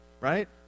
right